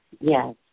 Yes